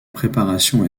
préparation